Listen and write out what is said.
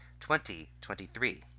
2023